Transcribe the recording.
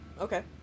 okay